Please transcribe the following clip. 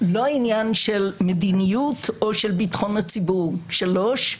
לא עניין של מדיניות או של בטחון הציבור; שלוש,